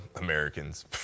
Americans